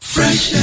Fresh